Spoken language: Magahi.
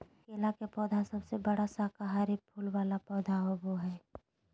केला के पौधा सबसे बड़ा शाकाहारी फूल वाला पौधा होबा हइ